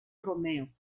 romeo